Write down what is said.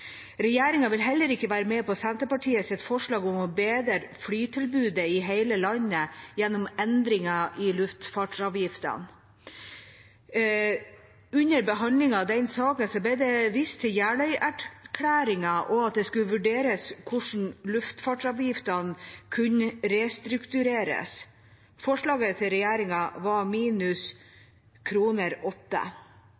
Regjeringa vil heller ikke være med på Senterpartiets forslag om å bedre flytilbudet i hele landet gjennom endringer i luftfartsavgiftene. Under behandlingen av den saken ble det vist til Jeløya-erklæringen og at det skulle vurderes hvordan luftfartsavgiftene kunne restruktureres. Forslaget til regjeringa var minus